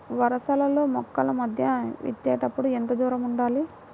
వరసలలో మొక్కల మధ్య విత్తేప్పుడు ఎంతదూరం ఉండాలి?